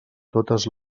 totes